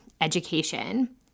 education